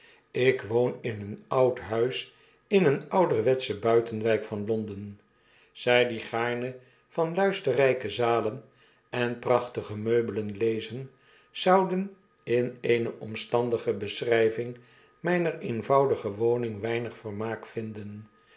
ik woon in een oud huis in eene ouderwetsche buitenwijk van londen zy die gaarne van luisterrijke zalen en prachtige meubelen lezen zouden in eene omstandige beschryving mijner eenvoudige woning weinig vermaak vinden